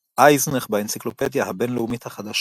אייזנך באנציקלופדיה הבינלאומית החדשה